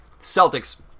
Celtics